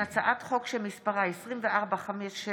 הצעת חוק שמספרה 2457/23,